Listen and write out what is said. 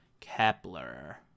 Kepler